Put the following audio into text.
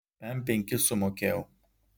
pem penkis sumokėjau